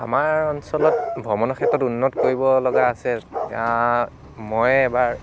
আমাৰ অঞ্চলত ভ্ৰমণৰ ক্ষেত্ৰত উন্নত কৰিব লগা আছে মই এবাৰ